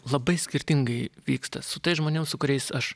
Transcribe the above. labai skirtingai vyksta su tais žmonėm su kuriais aš